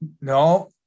no